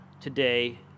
today